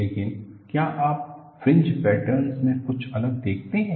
लेकिन क्या आप फ्रिंज पैटर्न में कुछ अलग देखते हैं